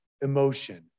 emotion